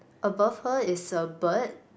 above her is a bird